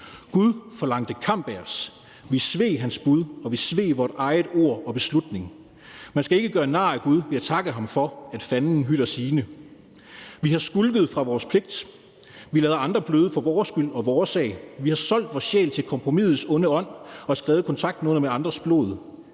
Gud forlangte kamp af os. Vi sveg hans bud, og vi sveg vort eget ord og beslutning. Man skal ikke gøre nar af Gud ved at takke ham for, at Fanden hytter sine. ... Vi har skulket fra vor pligt. Vi lader andre bløde for vor skyld og vor sag. Vi har solgt vor sjæl til kompromissets onde ånd og skrevet kontrakten under med andres blod.